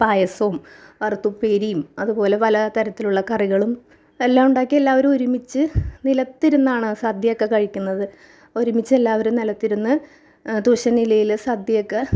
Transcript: പായസവും വറത്തുപ്പേരിയും അതുപോലെ പല തരത്തിലുള്ള കറികളും എല്ലാം ഉണ്ടാക്കി എല്ലാവരും ഒരുമിച്ച് നിലത്തിരുന്നാണ് സദ്യയൊക്കെ കഴിക്കുന്നത് ഒരുമിച്ച് എല്ലാവരും നിലത്ത് ഇരുന്ന് തൂശനിലയിൽ സദ്യയൊക്കെ